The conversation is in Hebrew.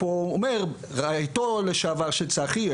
רעייתו לשעבר של צחי,